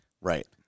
Right